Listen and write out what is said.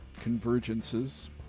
convergences